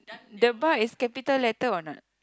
the bar is capital letter or not